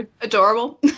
adorable